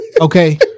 Okay